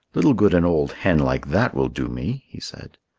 little good an old hen like that will do me, he said.